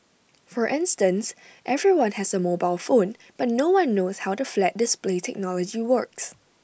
for instance everyone has A mobile phone but no one knows how the flat display technology works